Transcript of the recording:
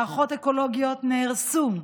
מערכות אקולוגיות נהרסו,